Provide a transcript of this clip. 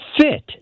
fit